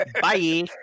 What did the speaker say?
Bye